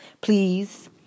please